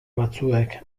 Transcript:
batzuek